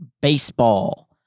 baseball